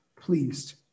pleased